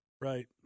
right